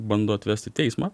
bando atvest į teismą